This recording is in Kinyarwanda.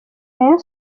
rayon